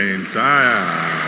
entire